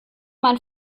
mein